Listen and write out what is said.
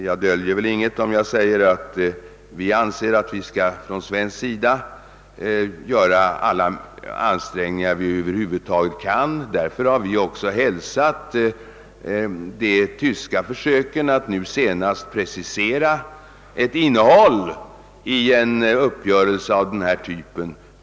Jag röjer väl inget om jag säger, att vi från svenskt håll menar att vi på detta område skall göra alla de ansträngningar vi över huvud taget kan. Därför har vi också med mycket stor tillfredsställelse hälsat de tyska försöken att nu senast precisera ett innehåll i en uppgörelse av denna typ.